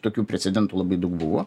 tokių precedentų labai daug buvo